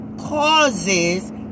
causes